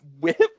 whip